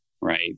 right